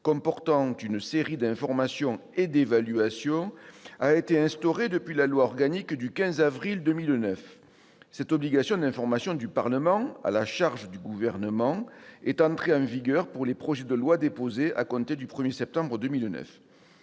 comportant une série d'informations et d'évaluations, a été instaurée par la loi organique du 15 avril 2009. Cette obligation d'information du Parlement à la charge du Gouvernement est entrée en vigueur pour les projets de loi déposés à compter du 1 septembre 2009.